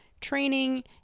training